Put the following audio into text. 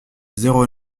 zéro